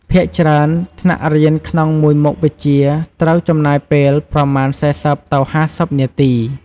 ភាគច្រើន ថ្នាក់រៀនក្នុងមួយមុខវិជ្ជាត្រូវចំណាយពេលប្រមាណ ៤០ទៅ៥០នាទី។